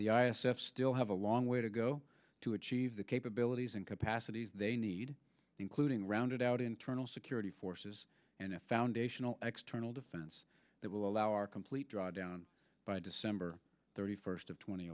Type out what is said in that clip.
iosif still have a long way to go to achieve the capabilities and capacities they need including rounded out internal security forces and a foundational external defense that will allow our complete draw down by december thirty first of tw